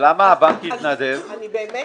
אין פה